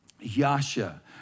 yasha